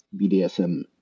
BDSM